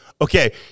okay